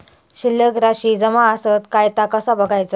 शिल्लक राशी जमा आसत काय ता कसा बगायचा?